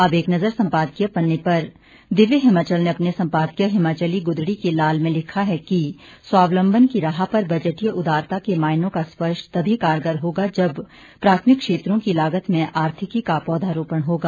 अब एक नज़र सम्पादकीय पन्ने पर दिव्य हिमाचल ने अपने सम्पादकीय हिमाचली गुदड़ी के लाल में लिखा है कि स्वावलम्बन की राह पर बजटीय उदारता के मायनों का स्पर्श तभी कारगर होगा जब प्राथमिक क्षेत्रों की लागत में आर्थिकी का पौधारोपण होगा